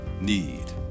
need